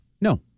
No